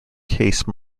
case